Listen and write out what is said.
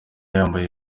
yambaye